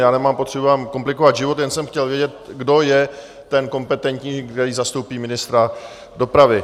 Já nemám potřebu vám komplikovat život, jen jsem chtěl vědět, kdo je ten kompetentní, který zastoupí ministra dopravy.